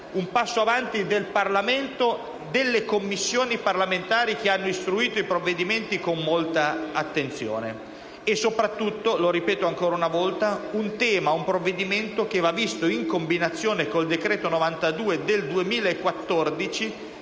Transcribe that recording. un passo avanti del Parlamento e delle Commissione parlamentari che lo hanno istruito con molta attenzione. Soprattutto, lo ripeto ancora una volta, si tratta di un provvedimento che va visto in combinazione con il decreto-legge n.